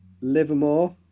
Livermore